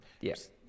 yes